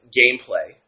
gameplay